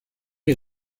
est